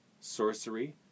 sorcery